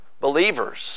believers